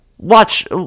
watch